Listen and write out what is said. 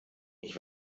ich